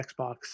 Xbox